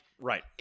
right